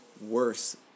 worse